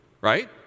right